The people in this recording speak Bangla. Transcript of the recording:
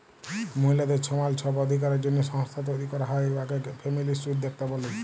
মহিলাদের ছমাল ছব অধিকারের জ্যনহে সংস্থা তৈরি ক্যরা হ্যয় উয়াকে ফেমিলিস্ট উদ্যক্তা ব্যলি